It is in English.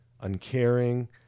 uncaring